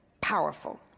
powerful